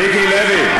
מיקי לוי.